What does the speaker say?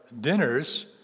dinners